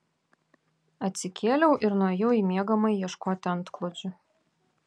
atsikėliau ir nuėjau į miegamąjį ieškoti antklodžių